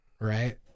right